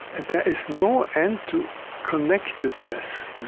there is no end to connectedness.